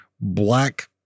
black